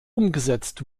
umgesetzt